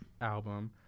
album